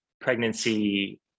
pregnancy